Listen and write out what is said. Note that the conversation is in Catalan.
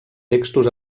textos